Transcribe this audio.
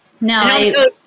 No